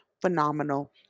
phenomenal